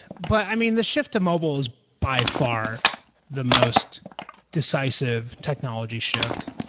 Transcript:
but i mean the shift to mobile is by far the most decisive technology shift,